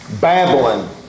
Babylon